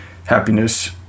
Happiness